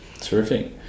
terrific